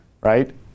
right